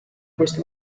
questo